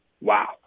Wow